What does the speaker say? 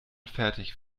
fertig